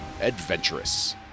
Adventurous